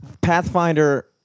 Pathfinder